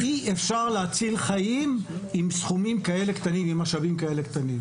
אי אפשר להציל חיים עם סכומים ומשאבים כאלה קטנים.